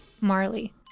Marley